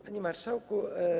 Panie Marszałku!